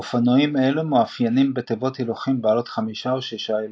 אופנועים אלו מאופיינים בתיבות הילוכים בעלות חמישה או שישה הילוכים.